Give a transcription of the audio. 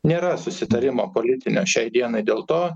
nėra susitarimo politinio šiai dienai dėl to